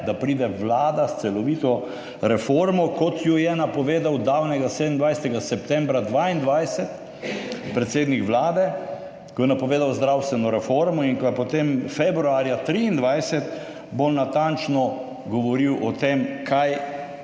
da pride vlada s celovito reformo, kot jo je napovedal davnega 27. septembra 2022 predsednik Vlade, ko je napovedal zdravstveno reformo, in ko je potem februarja 2023 bolj natančno govoril o tem,